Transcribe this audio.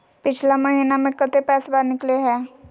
पिछला महिना मे कते पैसबा निकले हैं?